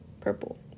purple